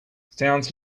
sounds